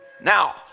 Now